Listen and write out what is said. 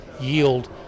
yield